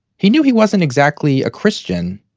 he knew he wasn't exactly a christian,